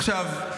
עכשיו,